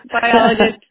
biologist